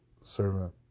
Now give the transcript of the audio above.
servant